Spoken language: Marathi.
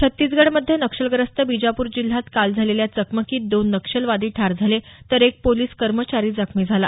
छत्तीसगडमध्ये नक्षलग्रस्त बिजापूर जिल्ह्यात काल झालेल्या चकमकीत दोन नक्षलवादी ठार झाले तर एक पोलिस कर्मचारी जखमी झाला